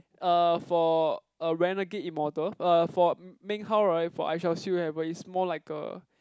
uh for a Renegade Immortal uh for Meng-Hao right for I shall seal heaven it's more like a